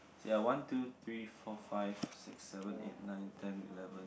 ya one two three four five six seven eight nine ten eleven